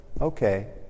Okay